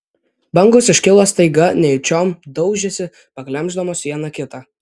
bangos iškilo staiga nejučiom daužėsi paglemždamos viena kitą